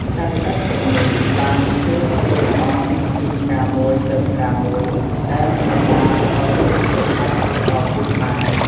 សត្វល្អិតទាំងនេះបានជួយផ្ទេរលំអងពីផ្កាមួយទៅផ្កាមួយ ដែលបណ្ដាលឲ្យរុក្ខជាតិអាចបន្តពូជបាន។